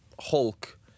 Hulk